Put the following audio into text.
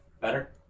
Better